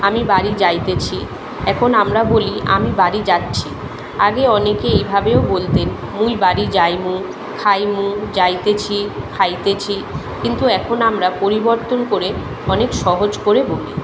আমি বাড়ি যাইতেছি এখন আমরা বলি আমি বাড়ি যাচ্ছি আগে অনেকে এভাবেও বলতেন মুই বাড়ি যাইমু খাইমু যাইতেছি খাইতেছি কিন্তু এখন আমরা পরিবর্তন করে অনেক সহজ করে বলি